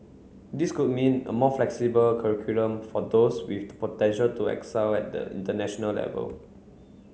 this could mean a more flexible curriculum for those with the potential to excel at the international level